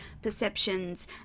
Perceptions